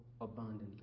abundantly